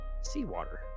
seawater